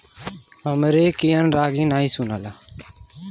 हमरे कियन रागी नही सुनाला